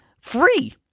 free